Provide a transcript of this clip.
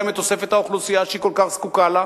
את תוספת האוכלוסייה שהיא כל כך זקוקה לה.